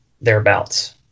thereabouts